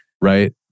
right